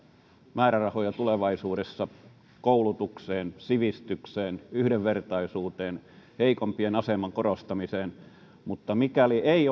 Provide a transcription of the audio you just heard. määrärahoja tulevaisuudessa koulutukseen sivistykseen yhdenvertaisuuteen heikompien aseman korostamiseen mutta mikäli ei